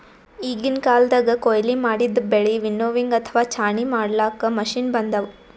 ಈಗಿನ್ ಕಾಲ್ದಗ್ ಕೊಯ್ಲಿ ಮಾಡಿದ್ದ್ ಬೆಳಿ ವಿನ್ನೋವಿಂಗ್ ಅಥವಾ ಛಾಣಿ ಮಾಡ್ಲಾಕ್ಕ್ ಮಷಿನ್ ಬಂದವ್